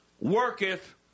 worketh